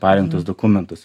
parengtus dokumentus